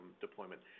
deployment